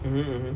mmhmm